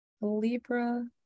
Libra